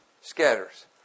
scatters